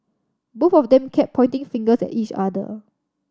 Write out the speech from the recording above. both of them kept pointing fingers at each other